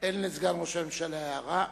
אין לסגן ראש הממשלה הערה,